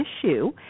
issue